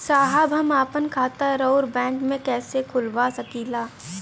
साहब हम आपन खाता राउर बैंक में कैसे खोलवा सकीला?